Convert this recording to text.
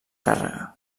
càrrega